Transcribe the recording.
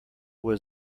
was